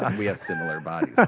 um we have similar bodies.